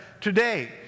today